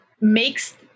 makes